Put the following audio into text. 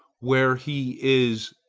where he is,